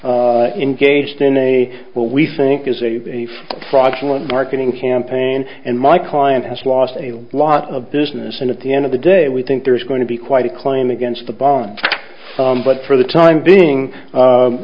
unction engaged in a will we think is a fraudulent marketing campaign and my client has lost a lot of business and at the end of the day we think there is going to be quite a claim against the bond but for the time being